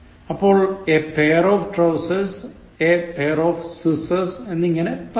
അപ്പോൾ a pair of trousers a pair of scissors എന്നിങ്ങനെ പറയാം